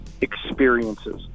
experiences